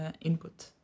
input